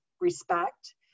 respect